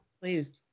please